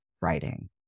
writing